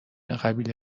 قبیله